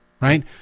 right